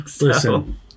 Listen